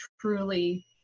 truly